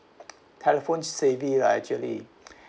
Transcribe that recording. telephone say be lah actually